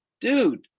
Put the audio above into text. Dude